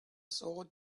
sword